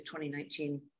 2019